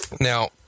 Now